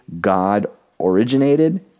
God-originated